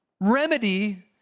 remedy